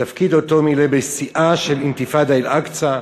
תפקיד שמילא בשיאה של אינתיפאדת אל-אקצא,